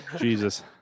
Jesus